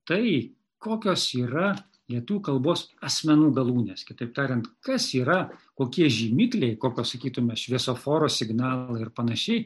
tai kokios yra lietuvių kalbos asmenų galūnės kitaip tariant kas yra kokie žymikliai pasakytume šviesoforo signalai ir panašiai